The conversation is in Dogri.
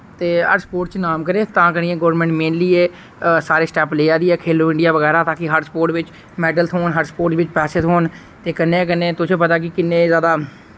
ते हर स्पोर्ट च नाम करे तां करियै गोरमैंट मेनली एह् सारे स्टैप लिया दी ऐ खेलो इंडिया वगैरा ताकि हर स्पोर्ट बिच मैडल थोन हर स्पोर्ट बिच पैसे थोन ते कन्नै गै कन्नै तुसें पता कि किन्ने ज्यादा